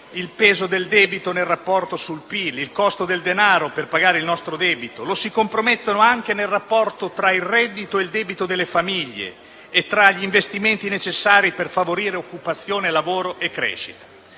il peso del debito nel rapporto sul PIL, il costo del denaro per pagare il nostro debito. Entrambi si compromettono anche nel rapporto tra il reddito e il debito delle famiglie e tra gli investimenti necessari per favorire occupazione, lavoro e crescita.